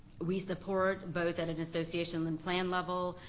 we support, both at an association and plan level,